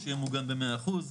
שיהיה מוגן ב-100 אחוז.